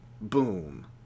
Boom